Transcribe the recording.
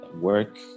work